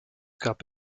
gab